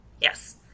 Yes